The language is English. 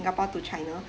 singapore to china